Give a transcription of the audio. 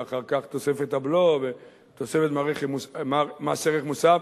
ואחר כך תוספת הבלו ותוספת מס ערך מוסף,